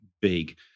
big